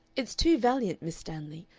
it's too valiant, miss stanley,